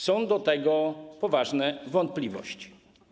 Są co do tego poważne wątpliwości.